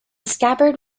scabbard